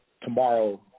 tomorrow